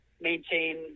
maintain